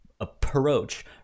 approach